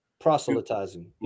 Proselytizing